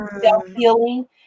self-healing